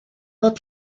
fod